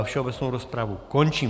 Všeobecnou rozpravu končím.